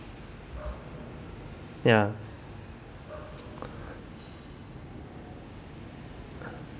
ya